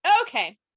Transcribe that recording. Okay